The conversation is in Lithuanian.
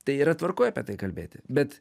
tai yra tvarkoj apie tai kalbėti bet